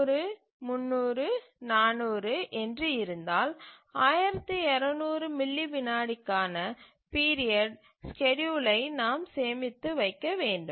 100 300 400 என்று இருந்தால் 1200 மில்லி வினாடிக்கான பீரியட் ஸ்கேட்யூலை நாம் சேமித்து வைக்க வேண்டும்